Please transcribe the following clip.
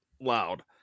loud